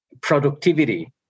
productivity